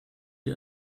die